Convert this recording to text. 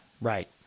Right